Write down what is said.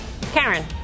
Karen